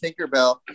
tinkerbell